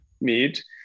meet